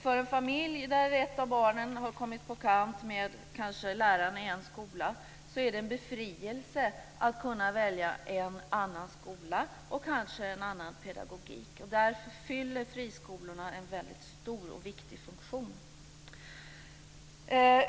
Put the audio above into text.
För en familj där ett av barnen kanske har kommit på kant med läraren i en skola är det en befrielse att kunna välja en annan skola och kanske en annan pedagogik. Där fyller friskolorna en mycket stor och viktig funktion.